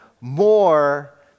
more